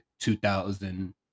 2000